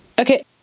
Okay